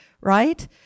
Right